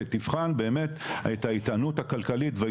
שתיבחן באמת את האיתנות הכלכלית ואת